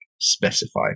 specify